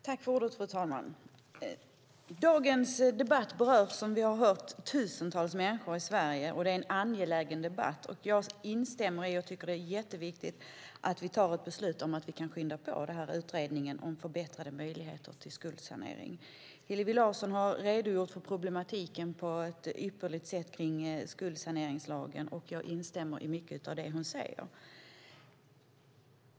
Fru talman! Dagens debatt berör, som vi har hört, tusentals människor i Sverige, och det är en angelägen debatt. Jag instämmer i och tycker att det är jätteviktigt att vi fattar ett beslut om att vi ska skynda på utredningen om förbättrade möjligheter till skuldsanering. Hillevi Larsson har redogjort för problematiken med skuldsaneringslagen på ett ypperligt sätt, och jag instämmer i mycket av det hon säger.